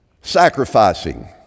sacrificing